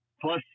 plus